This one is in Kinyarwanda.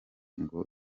ngo